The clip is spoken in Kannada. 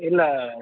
ಇಲ್ಲ